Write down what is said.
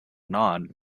nod